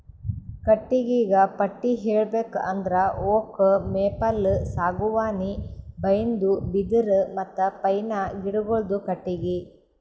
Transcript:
ಕಟ್ಟಿಗಿಗ ಪಟ್ಟಿ ಹೇಳ್ಬೇಕ್ ಅಂದ್ರ ಓಕ್, ಮೇಪಲ್, ಸಾಗುವಾನಿ, ಬೈನ್ದು, ಬಿದಿರ್ ಮತ್ತ್ ಪೈನ್ ಗಿಡಗೋಳುದು ಕಟ್ಟಿಗಿ